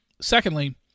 Secondly